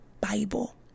Bible